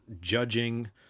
judging